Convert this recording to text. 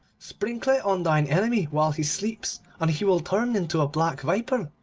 sprinkle it on thine enemy while he sleeps, and he will turn into a black viper,